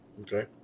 Okay